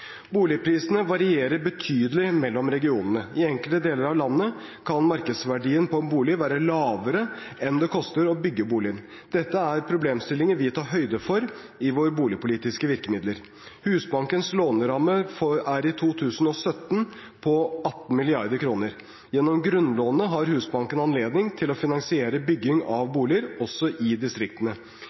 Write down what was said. Boligprisene varierer betydelig mellom regionene. I enkelte deler av landet kan markedsverdien på en bolig være lavere enn det det koster å bygge boligen. Dette er problemstillinger vi tar høyde for i våre boligpolitiske virkemidler. Husbankens låneramme er i 2017 på 18 mrd. kr. Gjennom grunnlånet har Husbanken anledning til å finansiere bygging av boliger også i distriktene.